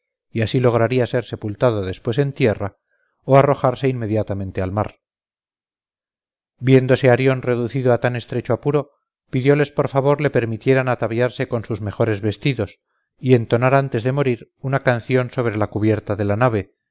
y así lograría ser sepultado después en tierra o arrojarse inmediatamente al mar viéndose arión reducido a tan estrecho apuro pidióles por favor le permitieran ataviarse con sus mejores vestidos y entonar antes de morir una canción sobre la cubierta de la nave